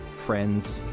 friends,